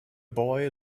boy